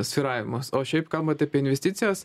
svyravimus o šiaip kalbant apie investicijas